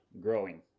growing